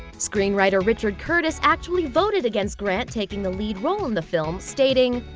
screenwriter richard curtis actually voted against grant taking the lead role in the film, stating,